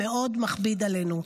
מאוד מכבידה עלינו.